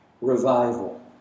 Revival